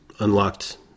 unlocked